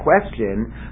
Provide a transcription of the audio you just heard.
question